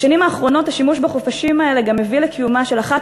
בשנים האחרונות השימוש בחופשים האלה גם הביא לקיומה של אחת